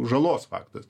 žalos faktas